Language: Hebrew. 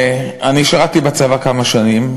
אני שירתי בצבא כמה שנים.